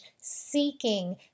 seeking